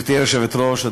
גברתי היושבת-ראש,